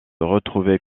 retrouver